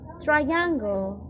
triangle